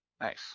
Nice